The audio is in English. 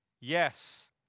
yes